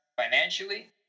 financially